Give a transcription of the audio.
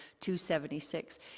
276